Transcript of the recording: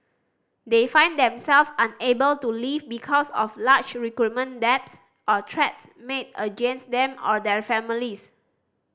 they find them self unable to leave because of large recruitment debts or threats made against them or their families